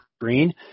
Green